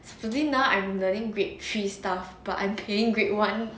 the thing now I'm learning grade three stuff but I'm paying grade one